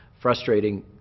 Frustrating